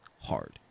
hard